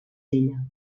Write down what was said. ella